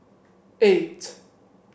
eight